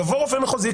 יבוא רופא מחוזי,